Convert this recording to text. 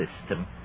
system